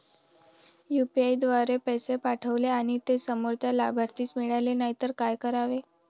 UPI द्वारे पैसे पाठवले आणि ते समोरच्या लाभार्थीस मिळाले नाही तर काय करावे?